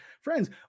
Friends